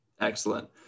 Excellent